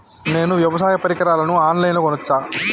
నేను వ్యవసాయ పరికరాలను ఆన్ లైన్ లో కొనచ్చా?